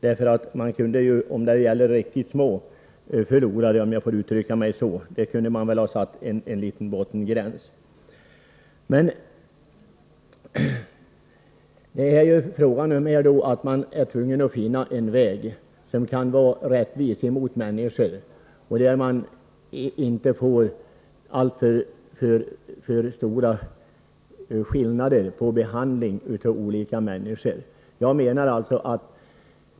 Med tanke på riktigt små förlorare, om jag får uttrycka mig så, kunde man väl tänka sig att dra upp en bottengräns. Det gäller att finna en lösning som är rättvis och som inte medför alltför stora skillnader när det gäller behandlingen av människorna.